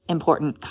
important